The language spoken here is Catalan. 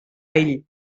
ell